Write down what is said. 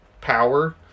power